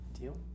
Deal